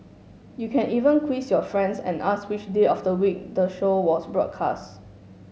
you can even quiz your friends and ask which day of the week the show was broadcast